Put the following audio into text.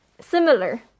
similar